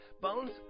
Bones